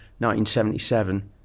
1977